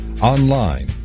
online